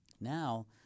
Now